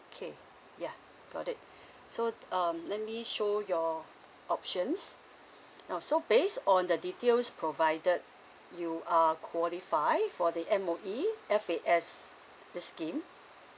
K yeah got it so um let me show your options now so based on the details provided you are qualified for the M_O_E F_A_S the scheme